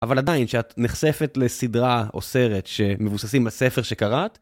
אבל עדיין, כשאת נחשפת לסדרה או סרט שמבוססים על ספר שקראת...